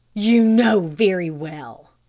you know very well,